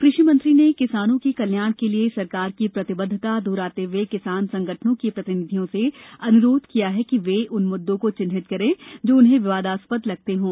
क़षि मंत्री ने किसानों के कल्याण के लिए सरकार की प्रतिबद्वता को दोहराते हुए किसान संगठनों के प्रतिनिधियों से अनुरोध किया कि वे उन मुद्दों को चिह्नित करें जो उन्हें विवादास्पद लगते हों